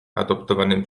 adoptowanym